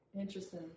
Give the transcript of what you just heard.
interesting